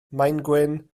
maengwyn